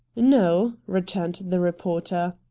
no, returned the reporter.